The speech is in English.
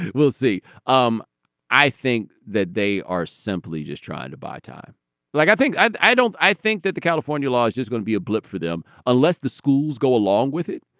we'll see um i think that they are simply just trying to buy time like i think i i don't i think that the california law is just going to be a blip for them unless the schools go along with it.